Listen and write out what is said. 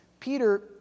Peter